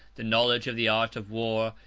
the knowledge of the art of war,